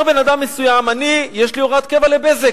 אומר בן-אדם מסוים: אני, יש לי הוראת קבע ל"בזק",